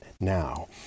now